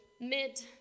mid